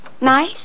Nice